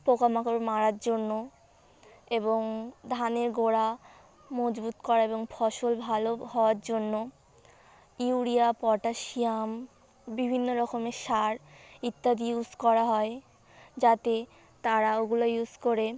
পোকামাকড় মারার জন্য এবং ধানের গোড়া মজবুত করা এবং ফসল ভালো হওয়ার জন্য ইউরিয়া পটাশিয়াম বিভিন্ন রকমের সার ইত্যাদি ইউজ করা হয় যাতে তারা ওগুলো ইউজ করে